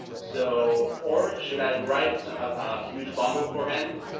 so, or should i write a huge bundle for him?